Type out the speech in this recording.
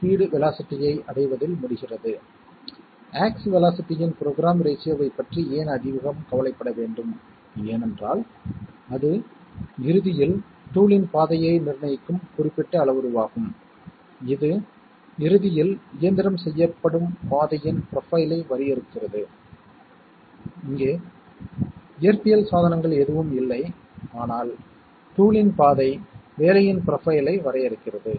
A B மற்றும் C அனைத்தும் 1 ஆக இருந்தால் அல்லது A 1 மற்றும் B 0 மற்றும் C 0 என்றால் அந்த வழக்கில் சம் ஆனது 1 அல்லது A 0 மற்றும் B 1 மற்றும் C 0 அல்லது A 0 B 0 மற்றும் C 1 என்றால் சம் ஆனது 1 ஆகும் மற்ற எந்த நிகழ்வுகளிலும் சம் ஆனது 1 ஆகும்